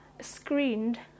screened